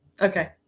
Okay